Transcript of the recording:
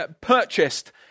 purchased